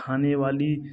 खाने वाली